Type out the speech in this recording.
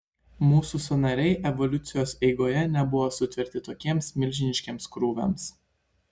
mūsų sąnariai evoliucijos eigoje nebuvo sutverti tokiems milžiniškiems krūviams